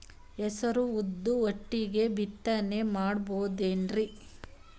ಹೆಸರು ಉದ್ದು ಒಟ್ಟಿಗೆ ಬಿತ್ತನೆ ಮಾಡಬೋದೇನ್ರಿ?